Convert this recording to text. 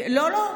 לא, לא.